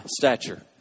stature